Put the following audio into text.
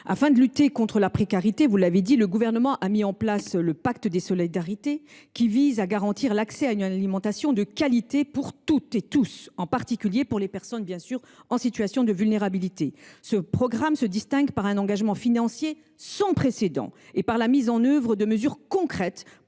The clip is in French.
Afin de lutter contre la précarité, le Gouvernement a mis en place le pacte des solidarités, qui vise à garantir l’accès à une alimentation de qualité pour toutes et tous, en particulier pour les personnes en situation de vulnérabilité. Ce programme se distingue par un engagement financier sans précédent et par la mise en œuvre de mesures concrètes